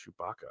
Chewbacca